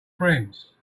friends